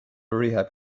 rehab